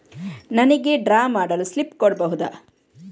ನನಿಗೆ ಡ್ರಾ ಮಾಡಲು ಸ್ಲಿಪ್ ಕೊಡ್ಬಹುದಾ?